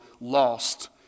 lost